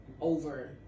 over